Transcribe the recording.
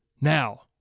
Now